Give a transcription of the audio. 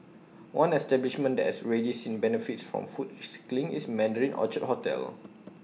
one establishment that has already seen benefits from food recycling is Mandarin Orchard hotel